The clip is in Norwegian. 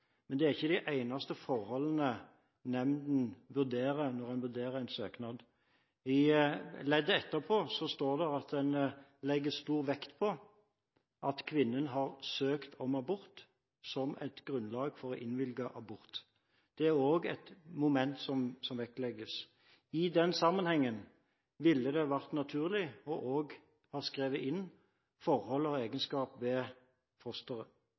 men det er ikke de eneste forholdene nemnden vurderer når den vurderer en søknad. I leddet etterpå står det at man legger stor vekt på at kvinnen har søkt om abort, som et grunnlag for å innvilge abort. Det er også et moment som vektlegges. I den sammenhengen ville det vært naturlig også å ha skrevet inn forhold og egenskaper ved fosteret.